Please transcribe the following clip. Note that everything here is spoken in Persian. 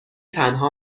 تنها